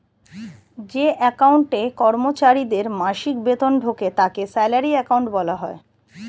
যে অ্যাকাউন্টে কর্মচারীদের মাসিক বেতন ঢোকে তাকে স্যালারি অ্যাকাউন্ট বলা হয়